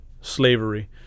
slavery